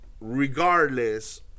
regardless